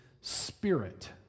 spirit